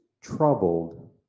troubled